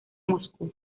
moscú